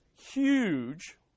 huge